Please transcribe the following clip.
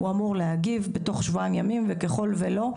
הוא אמור להגיב בתוך שבועיים ימים וככל ולא,